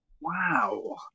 Wow